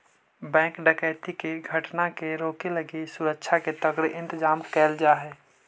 bank डकैती के घटना के रोके लगी सुरक्षा के तगड़े इंतजाम कैल जा हइ